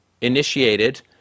initiated